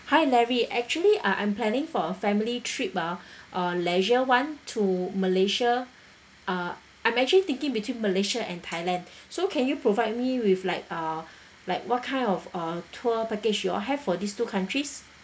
hi larry actually uh I'm planning for a family trip ah uh leisure [one] to malaysia uh I'm actually thinking between malaysia and thailand so can you provide me with like uh like what kind of uh tour package you all have for these two countries